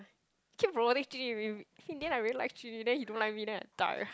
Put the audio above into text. keep promoting Jun-Yi in the end I really like Jun-Yi then he don't like me then I die